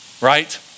right